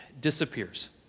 disappears